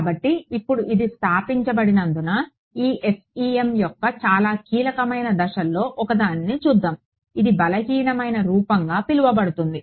కాబట్టి ఇప్పుడు ఇది స్థాపించబడినందున ఈ FEM యొక్క చాలా కీలకమైన దశల్లో ఒకదానిని చూద్దాం ఇది బలహీనమైన రూపంగా పిలువబడుతుంది